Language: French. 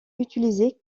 utiliser